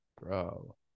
bro